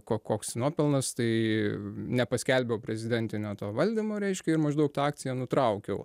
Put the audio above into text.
ko koks nuopelnas tai nepaskelbiau prezidentinio to valdymo reiškia ir maždaug tą akciją nutraukiau